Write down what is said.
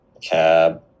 cab